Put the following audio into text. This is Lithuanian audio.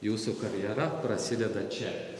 jūsų karjera prasideda čia